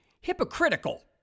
Hypocritical